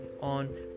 on